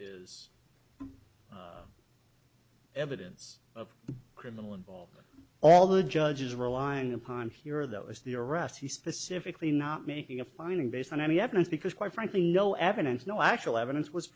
is evidence of criminal involvement all the judge is relying upon here though is the arrest he specifically not making a finding based on any evidence because quite frankly no evidence no actual evidence was